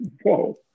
whoa